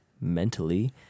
mentally